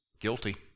Guilty